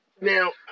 Now